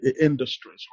industries